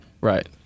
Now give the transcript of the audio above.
Right